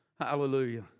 hallelujah